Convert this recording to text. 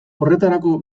horretarako